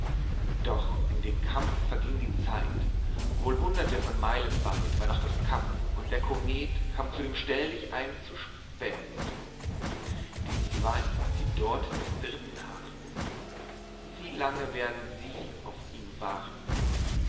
doch in dem kampf verging die zeit wohl hunderte von meilen weit war noch das cap und der komet kam zu dem stelldichein zu spät die zwei die dort des dritten harrten wie lange werden sie auf ihn warten